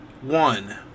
one